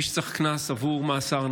מי שצריך קנס עבור מאסר,